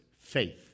faith